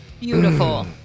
Beautiful